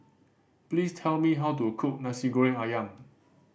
please tell me how to cook Nasi Goreng Ayam